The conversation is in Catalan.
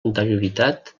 anterioritat